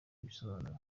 ibisobanuro